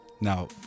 Now